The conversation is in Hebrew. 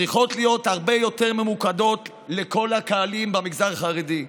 צריכות להיות הרבה יותר ממוקדות לכל הקהלים במגזר החרדי.